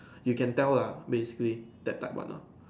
you can tell lah basically that type one lah